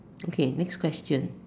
okay next question